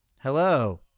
Hello